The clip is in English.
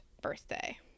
birthday